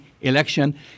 election